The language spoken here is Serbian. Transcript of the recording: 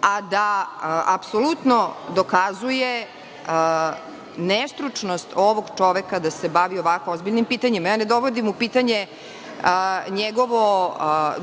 a da apsolutno dokazuje nestručnost ovog čoveka da se bavi ovako ozbiljnim pitanjima. Ne dovodim u pitanje njegovo